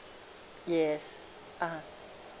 yes (uh huh)